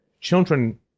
children